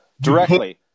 Directly